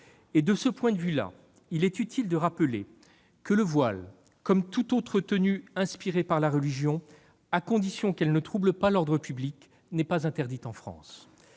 De ce point de vue, il est utile de rappeler que le voile, comme toute autre tenue inspirée par la religion, à condition qu'elle ne trouble pas l'ordre public, n'est pas interdit en France.